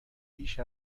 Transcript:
بیش